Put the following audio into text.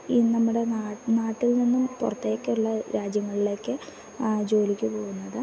ഈ നമ്മുടെ നാട്ടിൽ നിന്നും പുറത്തേക്കള്ള രാജ്യങ്ങളിലേക്ക് ജോലിക്ക് പോകുന്നത്